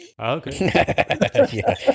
Okay